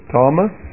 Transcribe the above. Thomas